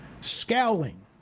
Scowling